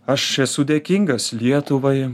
aš esu dėkingas lietuvai